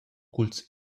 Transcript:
culs